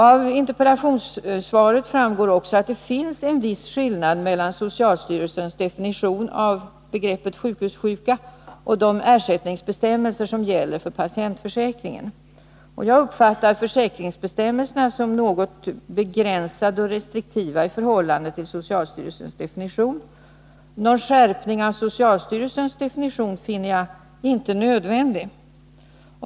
Av interpellationssvaret framgår också att det finns en viss skillnad mellan socialstyrelsens definition av begreppet sjukhussjuka och de ersättningsbestämmelser som gäller för patientförsäkringen. Jag uppfattar försäkringsbestämmelserna som något begränsade och restriktiva i förhållande till socialstyrelsens definition. Någon skärpning av socialstyrelsens definition finner jag inte nödvändig.